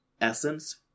essence